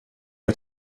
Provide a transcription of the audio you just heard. har